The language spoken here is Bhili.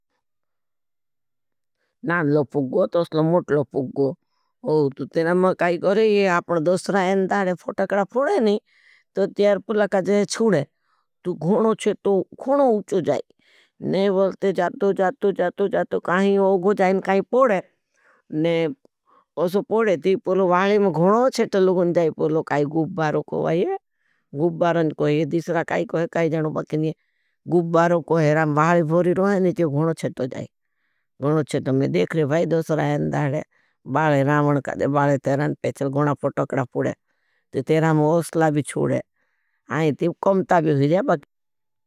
नामलो पुग्गो तो असलो मोटलो पुग्गो। तु तेरे में काई करे, अपना दोस्रा एन दाड़े फोटकड़ा पोड़े नहीं। तो तियार पुलाका जे चुड़े। तु घुणो चेटो घुणो उच्छो जाई। छूटे ने वो बोलते जतो जतो जतो गढ़ो। कायी बोलते गड़नो छेत्रो जायी मैं देखरो। वो घणो उच चाको दोत्रे नहीं, अपने मंतरी नहीं आउलो। मैं देख रहे हूँ भाई, घनो चेतो जायी रावण को। चरतो जायी गुब्बारों को घड़ू चेतियो जायी ऊसला त भी।